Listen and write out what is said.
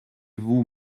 vous